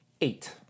eight